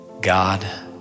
God